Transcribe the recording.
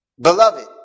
Beloved